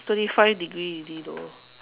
twenty five degree already though